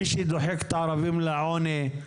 מי שדוחק את הערבים לעוני,